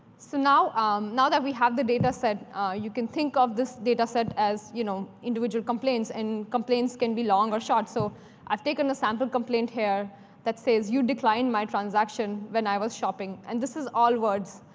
so now um now that we have the dataset, you can think of this dataset as you know individual complaints, and complaints can be long or short. so i've taken a sample complaint here that says, you declined my transaction when i was shopping. and this is all words,